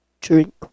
drink